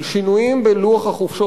של שינויים בלוח החופשות.